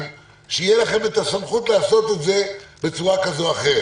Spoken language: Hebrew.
שיהיה לכם את הסמכות לעשות את זה בצורה כזו או אחרת.